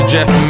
Jeff